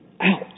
Ouch